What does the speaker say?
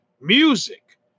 music